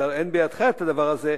הרי אין בידך הדבר הזה,